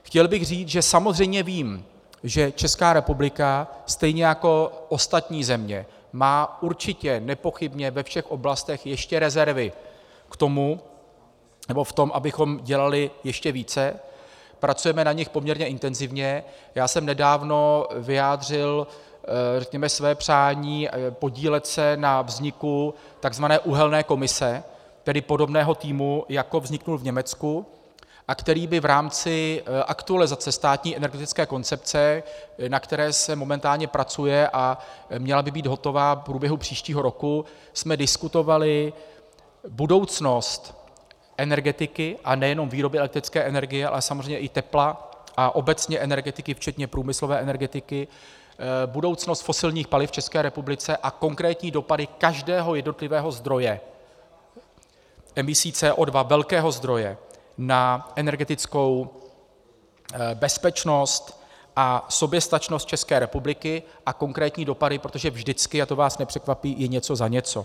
Chtěl bych říct, že samozřejmě vím, že Česká republika stejně jako ostatní země má určitě, nepochybně ve všech oblastech ještě rezervy v tom, abychom dělali ještě více, pracujeme na nich poměrně intenzivně, a já jsem nedávno vyjádřil své přání podílet se na vzniku tzv. uhelné komise, tedy podobného týmu, jako vznikl v Německu a který by v rámci aktualizace státní energetické koncepce, na které se momentálně pracuje a měla by být hotová v průběhu příštího roku, jsme diskutovali budoucnost energetiky, a nejenom výroby elektrické energie, ale samozřejmě i tepla a obecně energetiky včetně průmyslové energetiky, budoucnost fosilních paliv v České republice a konkrétní dopady každého jednotlivého zdroje emisí CO2, velkého zdroje, na energetickou bezpečnost a soběstačnost České republiky a konkrétní dopady, protože vždycky, a to vás nepřekvapí, je něco za něco.